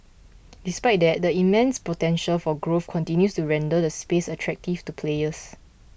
despite that the immense potential for growth continues to render the space attractive to players